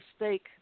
mistake